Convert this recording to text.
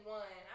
one